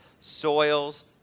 soils